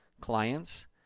clients